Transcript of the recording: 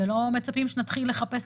ולא מצפים שנתחיל לחפש,